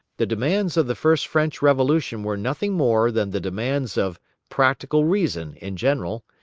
the demands of the first french revolution were nothing more than the demands of practical reason in general,